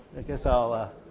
i guess i'll ah